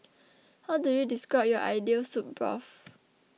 how do you describe your ideal soup broth